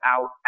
out